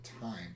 time